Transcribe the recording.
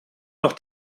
noch